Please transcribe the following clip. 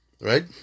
Right